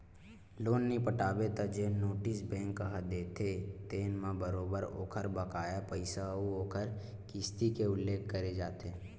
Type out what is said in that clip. loan नइ पटाबे त जेन नोटिस बेंक ह देथे तेन म बरोबर ओखर बकाया पइसा अउ ओखर किस्ती के उल्लेख करे जाथे